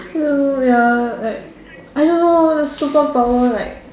no ya like I don't know the superpower like